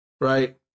right